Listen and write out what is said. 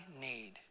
need